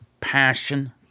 passion